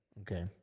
Okay